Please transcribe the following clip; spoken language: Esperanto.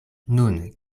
nun